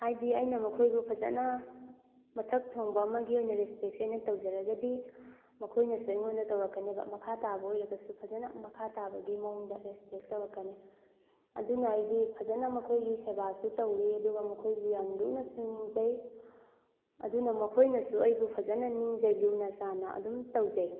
ꯍꯥꯏꯗꯤ ꯑꯩꯅ ꯃꯈꯣꯏꯕꯨ ꯐꯖꯅ ꯃꯊꯛ ꯊꯣꯡꯕ ꯑꯃꯒꯤ ꯑꯣꯏꯅ ꯔꯦꯁꯄꯦꯛꯁꯦ ꯑꯩꯅ ꯇꯧꯖꯔꯒꯗꯤ ꯃꯈꯣꯏꯅꯁꯨ ꯑꯩꯉꯣꯟꯗ ꯇꯧꯔꯛꯀꯅꯦꯕ ꯃꯈꯥ ꯇꯥꯕ ꯑꯣꯏꯔꯒꯁꯨ ꯐꯖꯅ ꯃꯈꯥ ꯇꯥꯕꯒꯤ ꯃꯑꯣꯡꯗ ꯔꯦꯁꯄꯦꯛ ꯇꯧꯔꯛꯀꯅꯤ ꯑꯗꯨꯅ ꯑꯩꯗꯤ ꯐꯖꯅ ꯃꯈꯣꯏꯒꯤ ꯁꯦꯕꯥꯁꯨ ꯇꯧꯋꯤ ꯑꯗꯨꯒ ꯃꯈꯣꯏꯕꯨ ꯌꯥꯝ ꯂꯨꯅꯁꯨ ꯅꯤꯡꯖꯩ ꯑꯗꯨꯅ ꯃꯈꯣꯏꯅꯁꯨ ꯑꯩꯕꯨ ꯐꯖꯅ ꯅꯤꯡꯖꯩ ꯂꯨꯅ ꯆꯥꯟꯅ ꯑꯗꯨꯝ ꯇꯧꯖꯩ